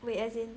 wait as in